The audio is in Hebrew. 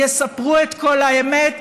יספרו את כל האמת,